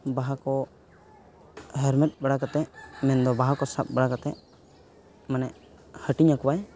ᱵᱟᱦᱟᱠᱚ ᱦᱮᱨᱢᱮᱫ ᱵᱟᱲᱟ ᱠᱟᱛᱮᱫ ᱢᱮᱱᱫᱚ ᱵᱟᱦᱟᱠᱚ ᱥᱟᱵ ᱵᱟᱲᱟ ᱠᱟᱛᱮᱫ ᱢᱟᱱᱮ ᱦᱟᱹᱴᱤᱧ ᱟᱠᱚᱣᱟᱭ